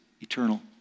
eternal